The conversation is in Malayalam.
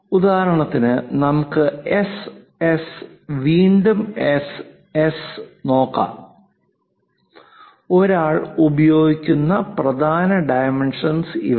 ഉദാഹരണത്തിന് നമുക്ക് എസ് എസ് വീണ്ടും എസ് എസ് നോക്കാം ഒരാൾ ഉപയോഗിക്കുന്ന പ്രധാന ഡൈമെൻഷൻസ് ഇവയാണ്